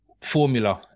formula